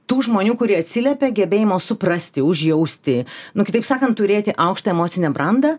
tų žmonių kurie atsiliepia gebėjimo suprasti užjausti nu kitaip sakant turėti aukštą emocinę brandą